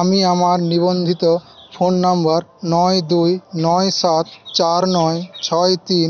আমি আমার নিবন্ধিত ফোন নম্বর নয় দুই নয় সাত চার নয় ছয় তিন